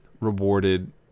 rewarded